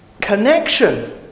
connection